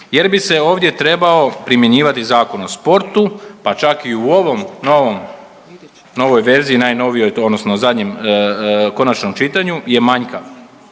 jer bi se ovdje trebao primjenjivati Zakon o sport pa čak i u ovom novom, novoj verziji najnovijoj odnosno zadnjem konačnom čitanju je manjkav